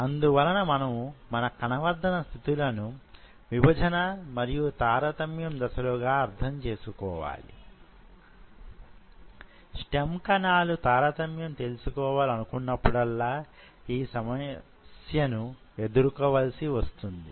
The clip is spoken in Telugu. అందువలన మనము మన కణవర్థన స్థితులను విభజన మరియు తారతమ్యం దశలుగా అర్థం చేసుకోవాలి స్టెమ్ కణాల తారతమ్యం తెలుసుకోవాలి అనుకున్నప్పుడల్లా ఈ సమస్యను ఎదుర్కోవలసి వస్తుంది